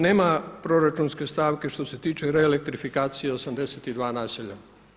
Nema proračunske stavke što se tiče reelektrifikacije 82 naselja.